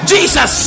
Jesus